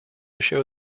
show